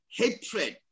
hatred